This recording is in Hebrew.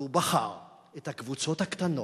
והוא בחר את הקבוצות הקטנות,